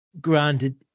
granted